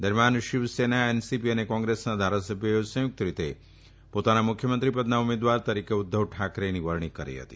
દરમિયાન શિવસેના એનસીપી અને કોંગ્રેસના ધારાસભ્યોએ સંયુકત રીતે પોતાના મુખ્યમંત્રી પદના ઉમેદવાર તરીકે ઉધ્ધવ ઠાકરેની વરણી કરી હતી